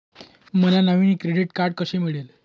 मला नवीन credit card कसे मिळेल?